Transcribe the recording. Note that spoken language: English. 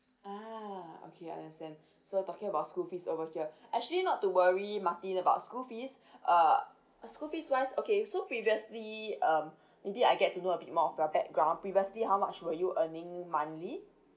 ah okay understand so talking about school fees over here actually not to worry martin about school fees uh school fees wise okay so previously um maybe I get to know a bit more of your background previously how much were you earning monthly